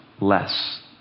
less